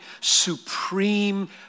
supreme